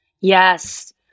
yes